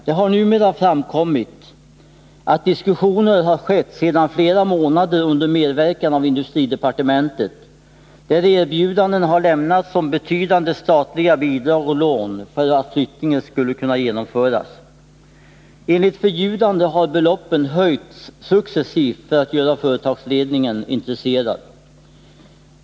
Det har nu framkommit att diskussioner sedan flera månader tillbaka förs under medverkan av industridepartementet, varvid erbjudanden har lämnats om betydande statliga bidrag och lån för att flyttningen skall kunna genomföras. Enligt förljudande har beloppen höjts successivt för att göra företagsledningen intresserad.